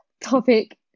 topic